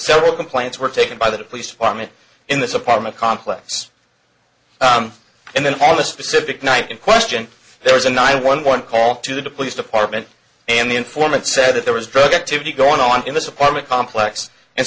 several complaints were taken by the police department in this apartment complex and then on the specific night in question there was a nine one one call to the police department and the informant said that there was drug activity going on in this apartment complex and